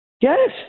Yes